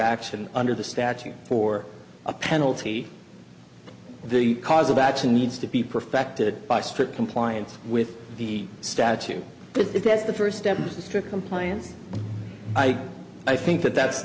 action under the statute for a penalty the cause of action needs to be perfected by strict compliance with the statute but if that's the first step to strict compliance i i think that that's